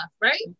right